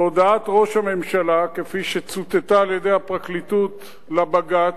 בהודעת ראש הממשלה כפי שצוטטה על-ידי הפרקליטות לבג"ץ,